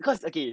他给